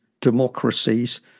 democracies